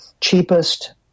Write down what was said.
cheapest